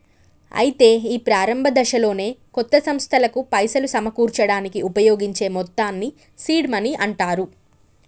అయితే ఈ ప్రారంభ దశలోనే కొత్త సంస్థలకు పైసలు సమకూర్చడానికి ఉపయోగించబడే మొత్తాన్ని సీడ్ మనీ అంటారు